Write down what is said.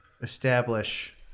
establish